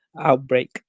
outbreak